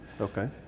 okay